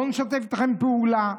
לא נשתף איתכם פעולה.